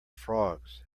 frogs